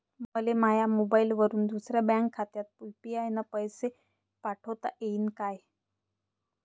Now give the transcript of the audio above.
मले माह्या मोबाईलवरून दुसऱ्या बँक खात्यात यू.पी.आय न पैसे पाठोता येईन काय?